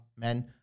men